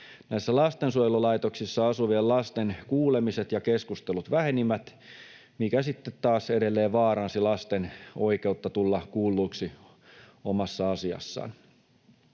lastensuojelulaitoksissa asuvien lasten kuulemiset ja keskustelut vähenivät, mikä sitten taas edelleen vaaransi lasten oikeutta tulla kuulluksi omassa asiassaan.